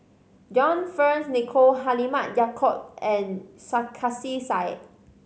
John Fearns Nicoll Halimah Yacob and Sarkasi Said